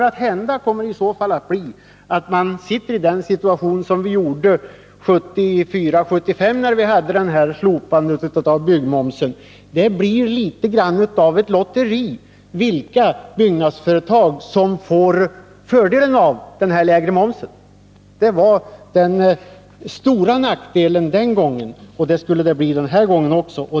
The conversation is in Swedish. Resultatet kommer i stället att bli att vi hamnar i den situation som vi satt i 1974 och 1975, då vi hade slopat byggmomsen. Det blir något av ett lotteri när det gäller vilka byggnadsföretag som får fördelar av den lägre momsen. Det var den stora nackdelen med slopandet av byggmomsen den gången, och det skulle det bli denna gång också.